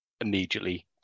immediately